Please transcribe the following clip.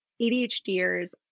ADHDers